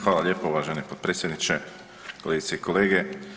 Hvala lijepo uvaženi potpredsjedniče, kolegice i kolege.